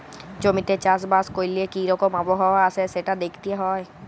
জমিতে চাষ বাস ক্যরলে কি রকম আবহাওয়া আসে সেটা দ্যাখতে হ্যয়